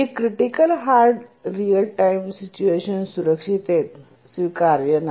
जे critical hard real time situation सुरक्षिततेत स्वीकार्य नाही